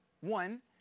one